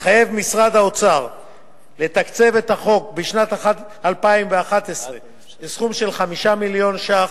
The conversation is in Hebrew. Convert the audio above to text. התחייב משרד האוצר לתקצב את החוק בשנת 2011 בסכום של 5 מיליון שקלים,